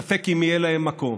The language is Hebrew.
ספק אם יהיה להם מקום.